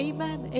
Amen